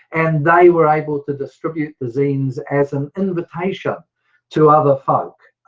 and they were able to distribute the zines as an invitation to other folk.